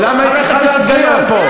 למה היא צריכה להפריע פה.